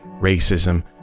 racism